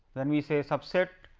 then we say subset,